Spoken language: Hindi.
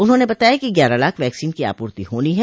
उन्होंने बताया कि ग्यारह लाख वैक्सीन की आपूर्ति होनी है